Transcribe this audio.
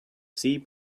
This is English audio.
sea